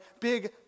big